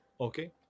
Okay